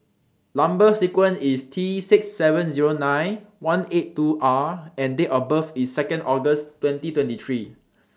Number sequence IS T six seven Zero nine one eight two R and Date of birth IS two August twenty twenty three